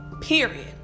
period